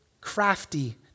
crafty